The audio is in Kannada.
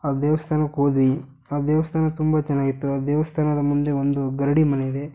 ಆ ದೇವ್ಸ್ಥಾನಕ್ಕೆ ಹೋದ್ವಿ ಆ ದೇವಸ್ಥಾನ ತುಂಬ ಚೆನ್ನಾಗಿತ್ತು ಆ ದೇವಸ್ಥಾನದ ಮುಂದೆ ಒಂದು ಗರಡಿ ಮನೆ ಇದೆ